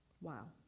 Wow